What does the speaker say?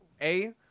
A-